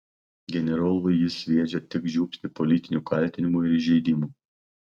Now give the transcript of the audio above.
generolui jis sviedžia tik žiupsnį politinių kaltinimų ir įžeidimų